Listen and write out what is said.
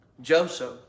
Joseph